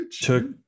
took